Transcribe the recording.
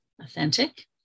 authentic